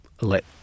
let